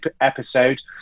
episode